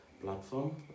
platform